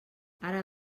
ara